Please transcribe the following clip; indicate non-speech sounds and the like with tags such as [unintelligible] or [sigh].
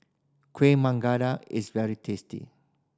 kueh [unintelligible] is very tasty